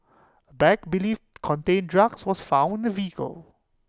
bag believed contain drugs was found the vehicle